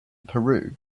peru